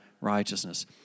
righteousness